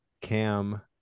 cam